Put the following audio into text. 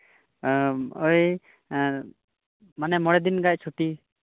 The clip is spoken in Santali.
ᱮᱸ ᱳᱭ ᱢᱚᱬᱮ ᱫᱤᱱ ᱜᱟᱡ ᱪᱷᱩᱴᱤ